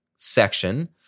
section